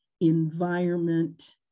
environment